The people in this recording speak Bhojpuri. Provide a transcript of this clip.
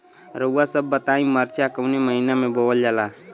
रउआ सभ बताई मरचा कवने महीना में बोवल जाला?